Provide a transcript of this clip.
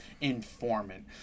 informant